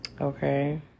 Okay